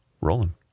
Rolling